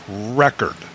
record